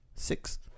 Six